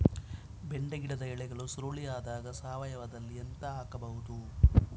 ಬೆಂಡೆ ಗಿಡದ ಎಲೆಗಳು ಸುರುಳಿ ಆದಾಗ ಸಾವಯವದಲ್ಲಿ ಎಂತ ಹಾಕಬಹುದು?